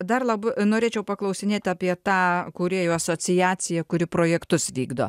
dar lab norėčiau paklausinėti apie tą kūrėjų asociaciją kuri projektus vykdo